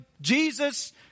Jesus